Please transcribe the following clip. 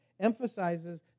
emphasizes